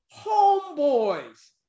homeboys